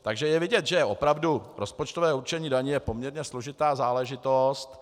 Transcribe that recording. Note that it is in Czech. Takže je vidět, že je opravdu rozpočtové určení daní poměrně složitá záležitost.